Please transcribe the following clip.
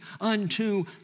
unto